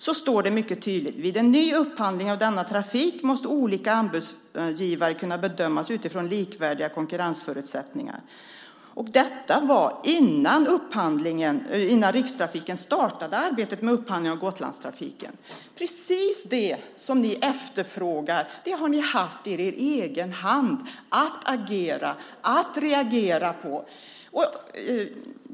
Där står mycket tydligt: Vid en ny upphandling av denna trafik måste olika anbudsgivare kunna bedömas utifrån likvärdiga konkurrensförutsättningar. Detta var innan Rikstrafiken startade arbetet med upphandlingen av Gotlandstrafiken. Precis det som ni efterfrågar har ni haft i er egen hand att agera för och reagera på.